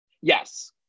Yes